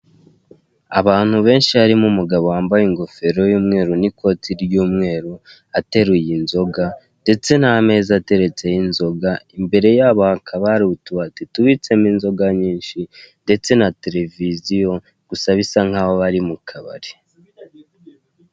Abantu benshi harimo umugabo wambaye ingofero y'umweru n'ikoti ry'umweru, ateruye inzoga ndetse n'ameza ateretseho inzoga, imbere yabo hakaba hari utubati tubitsemo inzoga nyinshi ndetse na televiziyo gusa bisa nkaho bari mu kabari.